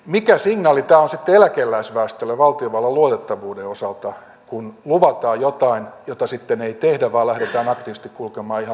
mikä signaali tämä on sitten eläkeläisväestölle valtiovallan luotettavuuden osalta kun luvataan jotain jota sitten ei tehdä vaan lähdetään aktiivisesti kulkemaan ihan toiseen suuntaan